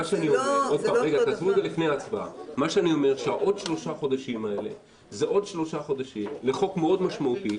עוד שלושה חודשים זה עוד שלושה חודשים לחוק מאוד משמעותי,